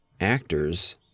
actors